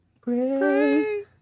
pray